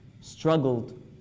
struggled